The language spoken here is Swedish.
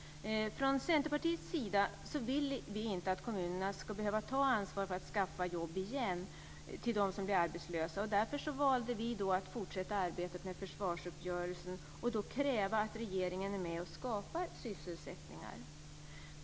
Vi i Centerpartiet ville inte att kommunerna ska behöva ta ansvar för att skaffa jobb igen till de som blir arbetslösa, och därför valde vi att fortsätta arbetet med försvarsuppgörelsen och då kräva att regeringen är med och skapar sysselsättningar.